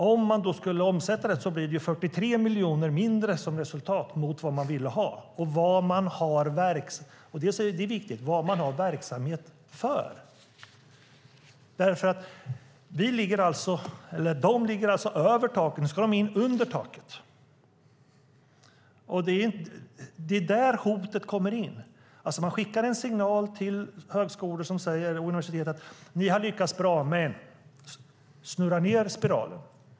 Omräknat får man alltså 43 miljoner mindre än man ville ha och - inte minst detta är viktigt - som man också har verksamhet för. Man ligger alltså över taket och ska nu in under taket. Det är där hotet kommer in. Man sänder en signal till högskolor och universitet som säger: Ni har lyckats bra, men snurra nu ned spiralen!